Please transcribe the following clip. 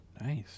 Nice